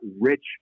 rich